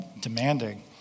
demanding